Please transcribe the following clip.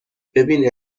ببین